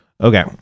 Okay